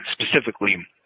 specifically